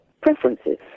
preferences